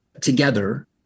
together